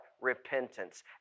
Repentance